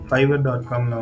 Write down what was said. Fiverr.com